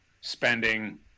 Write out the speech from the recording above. spending